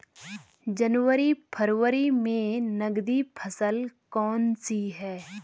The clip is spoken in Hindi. जनवरी फरवरी में नकदी फसल कौनसी है?